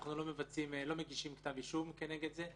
אנחנו לא מגישים כתב אישום כנגד זה.